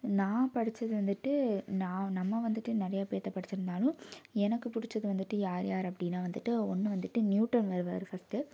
நான் படித்தது வந்துட்டு நான் நம்ம வந்துட்டு நிறையா பேருத்த படிச்சுருந்தாலும் எனக்கு பிடிச்சது வந்துட்டு யார் யார் அப்படின்னால் வந்துட்டு ஒன்று வந்துட்டு நியூட்டன் வருவார் ஃபர்ஸ்ட்டு